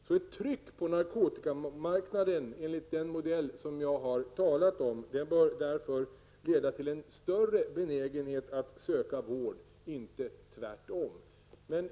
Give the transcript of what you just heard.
Så ett tryck på narkotikamarknaden enligt den modell som jag har talat för bör därför leda till en större benägenhet att söka vård, inte tvärtom.